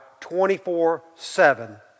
24-7